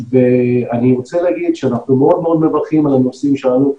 אני רוצה להגיד שאנחנו מאוד מאוד מברכים על הנושאים שעלו פה.